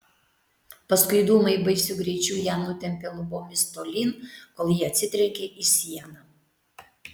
paskui dūmai baisiu greičiu ją nutempė lubomis tolyn kol ji atsitrenkė į sieną